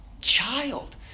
child